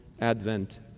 Advent